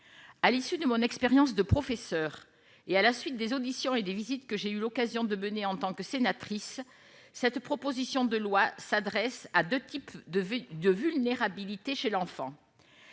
à l'issue de mon expérience de professeur et à la suite des auditions et des visites que j'ai eu l'occasion de mener en tant que sénatrice cette proposition de loi s'adresse à 2 types de vie de vulnérabilité chez l'enfant,